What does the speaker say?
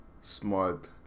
smart